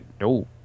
no